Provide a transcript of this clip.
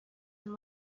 and